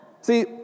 See